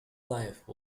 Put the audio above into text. life